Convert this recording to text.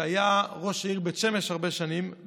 שהיה ראש העיר בית שמש הרבה שנים,